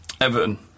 Everton